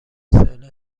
ساله